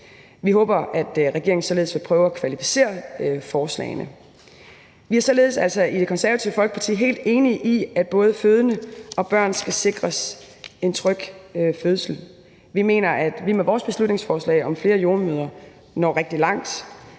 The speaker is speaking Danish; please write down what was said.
Vi håber, at regeringen således vil prøve at kvalificere forslagene. Vi er således altså i Det Konservative Folkeparti helt enige i, at både fødende og børn skal sikres en tryg fødsel. Vi mener, at vi med vores beslutningsforslag om flere jordemødrene når rigtig langt.